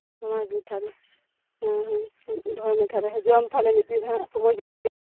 ᱚᱱᱟᱜᱮ ᱛᱟᱞᱦᱮ ᱦᱮᱸ ᱦᱮᱸ ᱫᱚᱦᱚᱭ ᱢᱮ ᱛᱟᱞᱦᱮ ᱦᱤᱡᱩᱜ ᱟᱢ ᱛᱟᱞᱦᱮ ᱢᱤᱜᱫᱤᱱ ᱦᱟᱸᱜ ᱥᱩᱢᱟᱹᱭ ᱠᱟᱛᱮᱫ